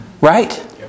Right